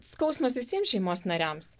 skausmas visiems šeimos nariams